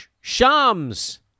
Shams